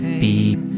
beep